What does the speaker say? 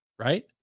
right